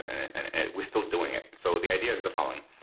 and we're still doing it. so the idea is the following.